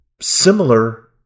similar